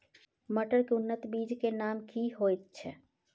मटर के उन्नत बीज के नाम की होयत ऐछ?